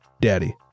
daddy